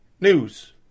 news